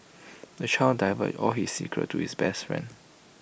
the child divulged all his secrets to his best friend